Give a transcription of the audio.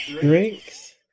drinks